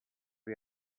you